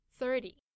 thirty 。